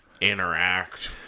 interact